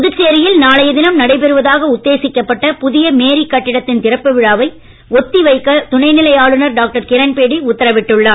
புதுச்சேரியில் நாளைய தினம் நடைபெறுவதாக உத்தேசிக்கப்ட்ட புதியமேரி கட்டிடத்தின் திறப்பு விழாவை ஒத்தி வைக்கத் துணைநிலை ஆளுநர் டாக்டர் கிரண்பேடி உத்தரவிட்டுள்ளார்